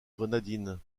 grenadines